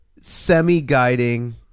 Semi-guiding